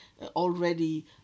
already